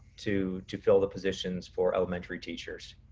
to to fill the positions for elementary teachers.